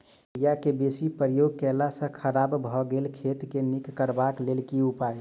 Urea केँ बेसी प्रयोग केला सऽ खराब भऽ गेल खेत केँ नीक करबाक लेल की उपाय?